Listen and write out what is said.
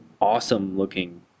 awesome-looking